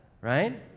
right